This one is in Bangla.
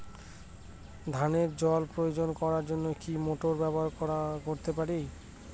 ধানে জল প্রয়োগ করার জন্য কি মোটর ব্যবহার করতে পারি?